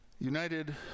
United